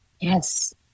Yes